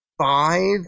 five